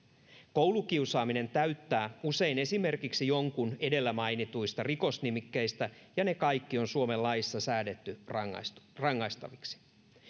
koulukiusaaminen täyttää usein esimerkiksi jonkun edellä mainituista rikosnimikkeistä ja ne kaikki on suomen laissa säädetty rangaistaviksi